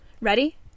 Ready